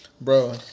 Bro